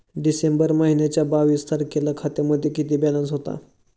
डिसेंबर महिन्याच्या बावीस तारखेला खात्यामध्ये किती बॅलन्स होता?